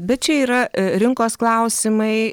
bet čia yra rinkos klausimai